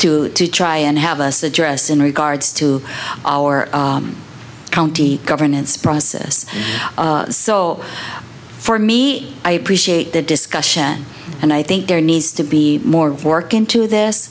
in to try and have us address in regards to our county governance process so for me i appreciate the discussion and i think there needs to be more work into this